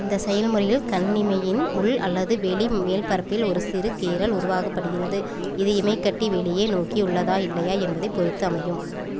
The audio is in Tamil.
இந்தச் செயல்முறையில் கண்ணிமையின் உள் அல்லது வெளி மேல்பரப்பில் ஒரு சிறு கீறல் உருவாக்கப்படுகிறது இது இமைக்கட்டி வெளியே நோக்கி உள்ளதா இல்லையா என்பதைப் பொறுத்து அமையும்